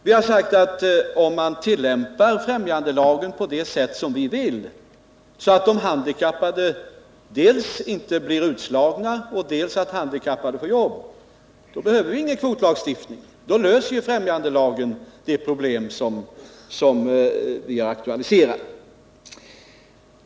Vi har sagt att om man tillämpar främjandelagen på det sätt som vi vill, så att de handikappade dels inte blir utslagna, dels får jobb, behöver vi ingen kvotlagstiftning. Då löser främjandelagen de problem som vi har aktualiserat.